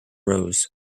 rose